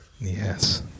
Yes